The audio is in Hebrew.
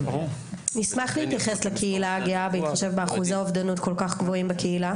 נשמח להתייחס לקהילה הגאה בהתחשב באחוז האובדנות כל כך גבוהים בקהילה.